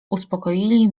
uspokoili